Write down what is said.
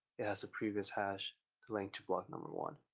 it has the previous hash to like to block number one.